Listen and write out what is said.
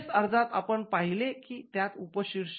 अर्जात आपण पाहिले की त्यात उपशीर्षक होते